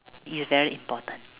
it is very important